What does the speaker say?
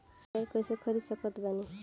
Share कइसे खरीद सकत बानी?